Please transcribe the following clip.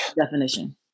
definition